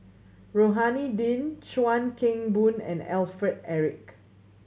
Rohani Din Chuan Keng Boon and Alfred Eric